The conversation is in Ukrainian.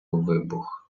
вибух